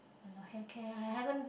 hair care I haven't